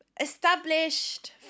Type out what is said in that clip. Established